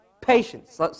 patience